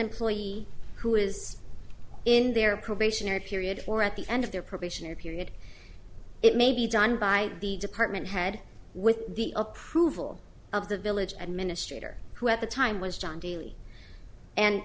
employee who is in their probationary period or at the end of their probationary period it may be done by the department head with the approval of the village administrators who at the time was john daly and